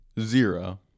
Zero